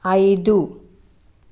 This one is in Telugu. ఐదు